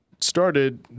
started